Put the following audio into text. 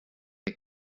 der